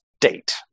date